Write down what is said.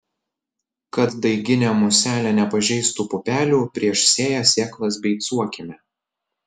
kad daiginė muselė nepažeistų pupelių prieš sėją sėklas beicuokime